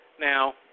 Now